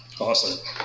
awesome